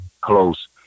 close